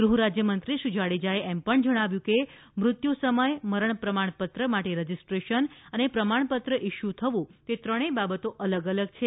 ગૃહરાજ્યમંત્રી શ્રી જાડેજાએ એમ પણ જણાવ્યું કે મૃત્યુ સમય મરણ પ્રમાણપત્ર માટે રજીસ્ટ્રેશન અને પ્રમાણપત્ર ઇશ્યુ થવું તે ત્રણેય બાબતો અલગ અલગ છે